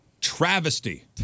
Travesty